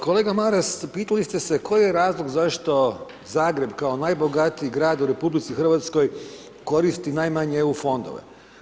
Kolega Maras, pitali ste se koji je razlog zašto Zagreb kao najbogatiji grad u RH koristi najmanje EU fondove?